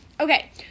Okay